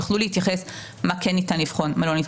יוכלו להתייחס ולומר מה כן ניתן לבחון ומה לא.